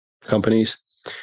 companies